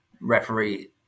referee